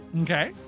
okay